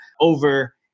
over